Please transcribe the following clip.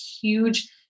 huge